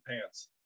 pants